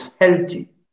healthy